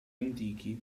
antichi